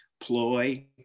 ploy